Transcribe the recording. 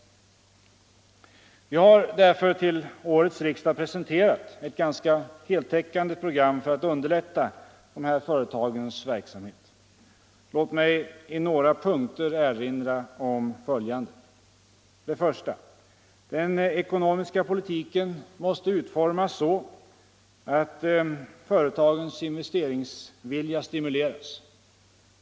Vi har till årets riksdag presenterat ett så gott som heltäckande program för att underlätta de här företagens verksamhet. Låt mig i några punkter erinra om följande: 1. Den ekonomiska politiken måste utformas så, att företagens investeringsvilja stimuleras.